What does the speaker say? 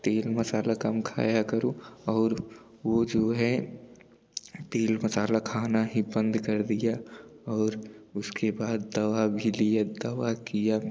तेल मसाला कम खाया करो और वो जो है तेल मसाला खाना ही बंद कर दिया और उसके बाद दवा भी लिया दवा किया